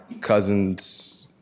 cousin's